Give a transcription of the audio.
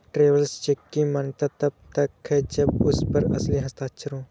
travellers cheque की मान्यता तब है जब उस पर असली हस्ताक्षर हो